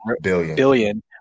Billion